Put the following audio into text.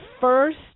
first